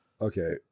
Okay